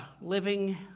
Living